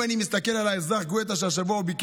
היא תמצא לנו את זה, את אומרת.